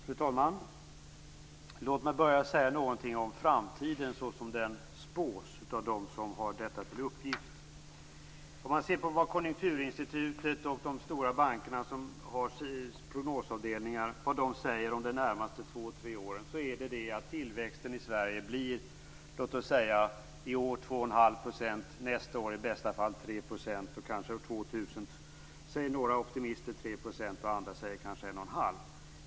Fru talman! Låt mig börja med att säga någonting om framtiden så som den spås av dem som har detta till uppgift. Konjunkturinstitutet och de stora bankerna som har prognosavdelningar säger om de närmaste två tre åren att tillväxten i Sverige i år blir låt oss säga 21⁄2 % och nästa år i bästa fall 3 %.